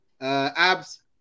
Abs